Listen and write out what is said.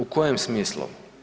U kojem smislu?